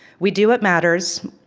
we do what matters.